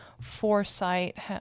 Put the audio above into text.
foresight